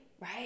right